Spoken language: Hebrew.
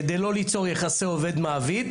כדי לא ליצור יחסי עובד-מעביד,